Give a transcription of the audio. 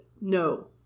no